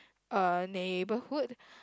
uh neighbourhood